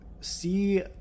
see